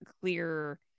clear